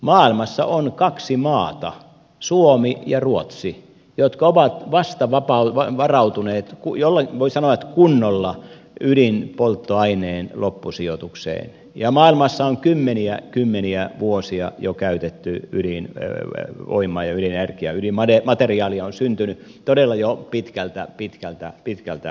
maailmassa on vasta kaksi maata suomi ja ruotsi jotka ovat varautuneet voi sanoa kunnolla ydinpolttoaineen loppusijoitukseen ja maailmassa on kymmeniä kymmeniä vuosia jo käytetty ydinvoimaa ja ydinenergiaa ja ydinmateriaalia on syntynyt todella jo pitkältä pitkältä pitkältä ajalta